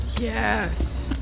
Yes